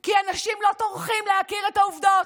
כי אנשים לא טורחים להכיר את העובדות.